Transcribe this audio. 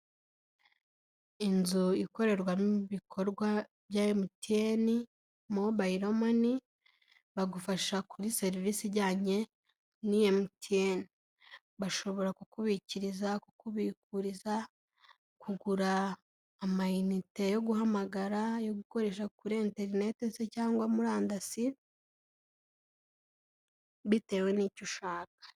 Inzu ikorerwamo ibikorwa bya MTN mobayiro mani, bagufasha kuri serivise ijyanye n'iyi MTN. Bashobora kukubikiriza, kukubikuriza, kugura amayinite yo guhamagara, yo gukoresha kuri enterinete se cyangwa murandasi, bitewe n'icyo ushaka.